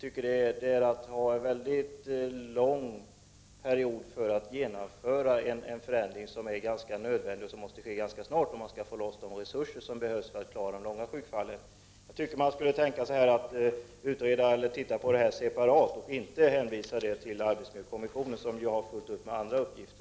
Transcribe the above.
Det innebär att vi får vänta en väldigt lång period innan vi kan genomföra en förändring som nödvändig och som måste ske ganska snart om vi skall få loss de resurser som behövs för att klara de långa sjukskrivningarna. Man borde studera denna fråga separat och inte hänvisa frågan till arbetsmiljökommissionen som ju har fullt upp med andra uppgifter.